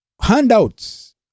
handouts